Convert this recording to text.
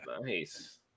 Nice